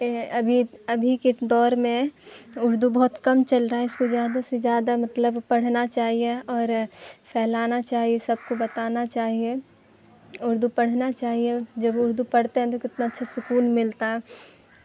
ابھی ابھی کے دور میں اردو بہت کم چل رہا ہے اس کو جیادہ سے زیادہ مطلب پڑھنا چاہیے اور فھیلانا چاہیے سب کو بتانا چاہیے اردو پڑھنا چاہیے جب اردو پڑھتے ہیں تو کو اتنا اچھا سکون ملتا ہے